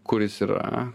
kuris yra